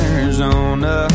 Arizona